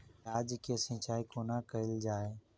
प्याज केँ सिचाई कोना कैल जाए?